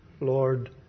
Lord